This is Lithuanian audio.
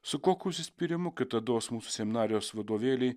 su kokiu užsispyrimu kitados mūsų seminarijos vadovėliai